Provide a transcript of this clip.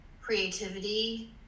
creativity